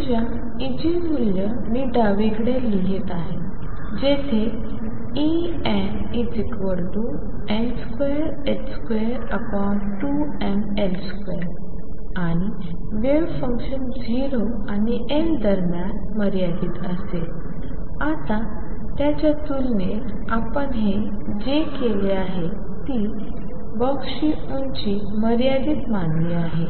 ऊर्जा इगेन मूल्यं मी डावीकडे लिहित आहे जेथे Enn222mL2 आणि वेव्ह फंक्शन्स 0 आणि L दरम्यान मर्यादित असेल आता याच्या तुलनेत आपण जे केले आहे ते बॉक्सची उंची मर्यादित मानली आहे